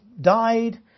died